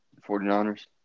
49ers